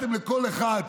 אתה עשית קורס, לעמוד בזמן.